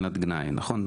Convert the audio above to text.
אומר